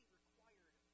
required